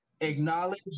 Acknowledge